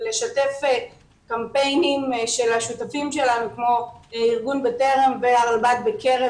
לשתף קמפיינים של השותפים שלנו כמו ארגון 'בטרם' והרלב"ד בקרב